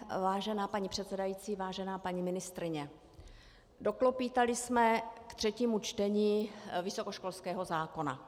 Vážená paní předsedající, vážená paní ministryně, doklopýtali jsme k třetímu čtení vysokoškolského zákona.